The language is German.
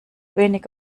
wenig